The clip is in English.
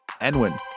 Enwin